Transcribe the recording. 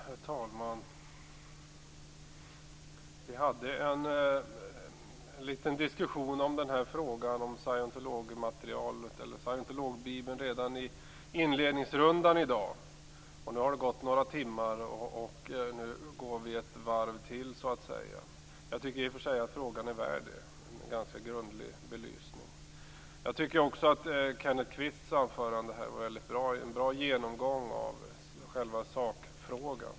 Herr talman! Vi hade en liten diskussion i frågan om scientologibibeln redan i dagens inledningsrunda. Några timmar har nu förflutit, och debatten går nu ett varv till. Jag tycker också att frågan är värd en sådan ganska grundlig belysning. Jag tycker att Kenneth Kvists anförande innebar en bra genomgång av sakfrågan.